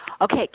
Okay